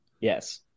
Yes